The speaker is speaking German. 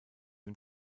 ihm